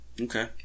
Okay